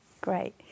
Great